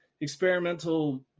experimental